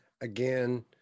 again